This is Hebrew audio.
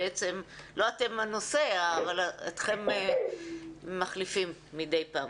בעצם לא אתן הנושא אבל אתכן מחליפים מדי פעם.